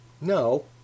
No